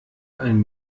ein